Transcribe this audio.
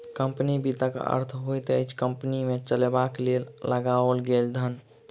company वित्तक अर्थ होइत अछि कम्पनी के चलयबाक लेल लगाओल गेल धन